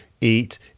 eat